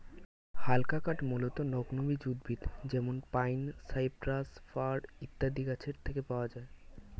হালকা কাঠ মূলতঃ নগ্নবীজ উদ্ভিদ যেমন পাইন, সাইপ্রাস, ফার ইত্যাদি গাছের থেকে পাওয়া যায়